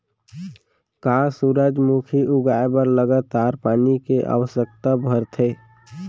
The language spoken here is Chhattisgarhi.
का सूरजमुखी उगाए बर लगातार पानी के आवश्यकता भरथे?